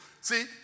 see